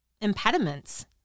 impediments